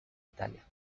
italia